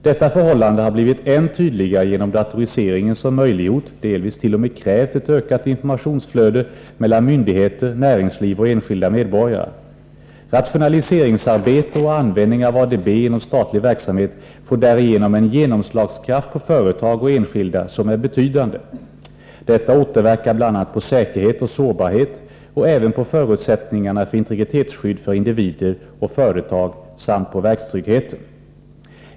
Detta förhållande har blivit än tydligare genom datoriseringen, som möjliggjort och delvis t.o.m. krävt ett ökat informationsflöde mellan myndigheter, näringsliv och enskilda medborgare. Rationaliseringsarbete och användning av ADB inom statlig verksamhet får därigenom en genomslagskraft på företag och enskilda som är betydande. Detta återverkar bl.a. på säkerhet och sårbarhet och även på förutsättningarna för integritetsskydd för individer och företag samt på verkstryggheten.